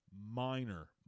Minor